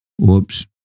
Whoops